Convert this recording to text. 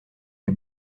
les